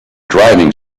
driving